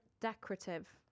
decorative